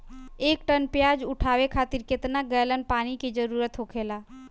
एक टन प्याज उठावे खातिर केतना गैलन पानी के जरूरत होखेला?